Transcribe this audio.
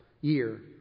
year